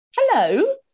hello